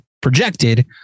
projected